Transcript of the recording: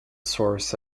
source